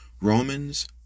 Romans